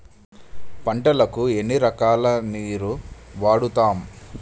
పంటలకు ఎన్ని రకాల నీరు వాడుతం?